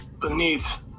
beneath